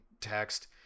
text